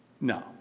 No